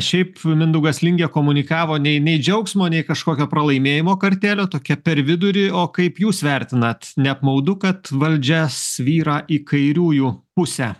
šiaip mindaugas lingė komunikavo nei nei džiaugsmo nei kažkokio pralaimėjimo kartėlio tokia per vidurį o kaip jūs vertinat neapmaudu kad valdžia svyra į kairiųjų pusę